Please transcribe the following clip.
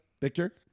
Victor